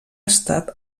estat